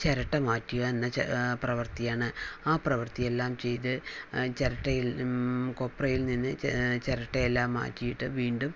ചിരട്ട മാറ്റുക എന്ന പ്രവർത്തിയാണ് ആ പ്രവർത്തിയെല്ലാം ചെയ്ത് ചിരട്ടയിൽ കൊപ്രയിൽ നിന്ന് ചിരട്ടയെല്ലാം മാറ്റിയിട്ട് വീണ്ടും